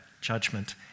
judgment